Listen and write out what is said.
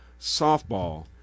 Softball